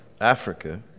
Africa